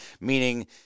meaning